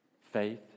Faith